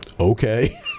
Okay